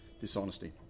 Dishonesty